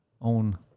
own